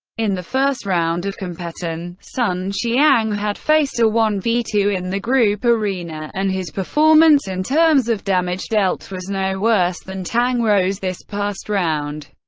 in the first round of competition, sun xiang had faced a one v two in the group arena, and his performance in terms of damage dealt was no worse than tang rou's this past round.